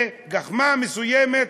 בגחמה מסוימת,